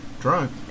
drunk